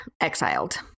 exiled